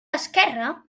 esquerra